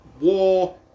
War